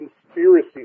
conspiracy